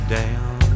down